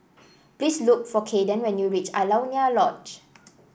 please look for Kayden when you reach Alaunia Lodge